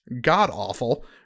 god-awful